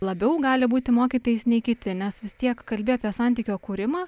labiau gali būti mokytojais nei kiti nes vis tiek kalbi apie santykio kūrimą